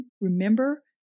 remember